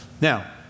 Now